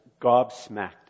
gobsmacked